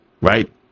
right